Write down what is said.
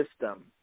system